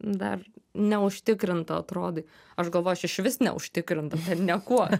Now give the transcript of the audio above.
dar neužtikrinta atrodai aš galvojau aš išvis neužtikrinta niekuo